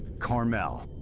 carmel.